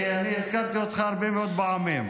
כי אני הזכרתי אותך הרבה מאוד פעמים.